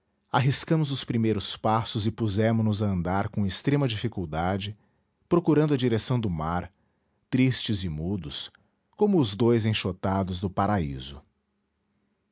arriscamos os primeiros passos e pusemo nos a andar com extrema dificuldade procurando a direção do mar tristes e mudos como os dois enxotados do paraíso